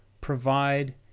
provide